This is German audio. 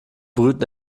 brüten